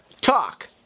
talk